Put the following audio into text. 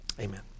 Amen